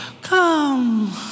Come